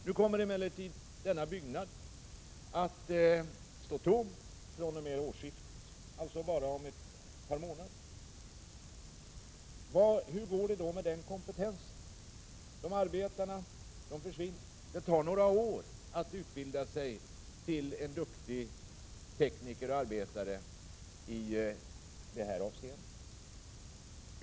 Nu kommer emellertid varvsbyggnaden att stå tom fr.o.m. årsskiftet, dvs. om bara ett par månader. Hur kommer det att gå med kompetensen när arbetarna försvinner? Det tar några år att utbilda duktiga tekniker och arbetare i detta avseende.